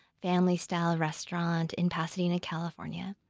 family-style restaurant in pasadena, california.